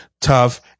tough